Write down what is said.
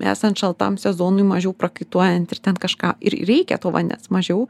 esant šaltam sezonui mažiau prakaituojant ir ten kažką ir reikia t o vandens mažiau